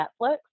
netflix